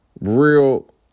real